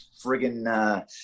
friggin